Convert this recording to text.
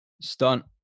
Stunt